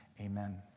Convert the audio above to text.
Amen